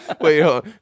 Wait